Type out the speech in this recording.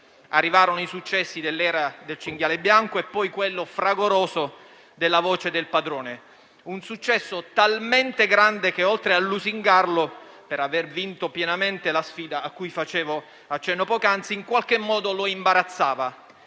Arrivarono i successi de «L'era del cinghiale bianco» e, poi, quello fragoroso de «La voce del padrone»: un successo talmente grande che, oltre a lusingarlo per aver vinto pienamente la sfida a cui facevo accenno poc'anzi, in qualche modo lo imbarazzava.